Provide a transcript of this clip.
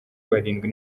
barindwi